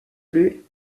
lieu